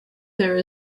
there